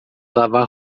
lavar